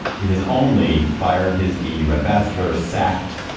he has only fired his eu ambassador. sacked.